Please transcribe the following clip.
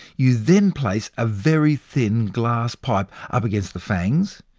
you then place a very thin glass pipe up against the fangs,